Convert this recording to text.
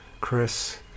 Chris